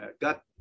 got